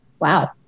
Wow